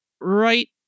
right